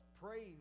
praying